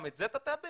גם את זה אתה תאבד?